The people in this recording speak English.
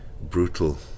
brutal